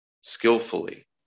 skillfully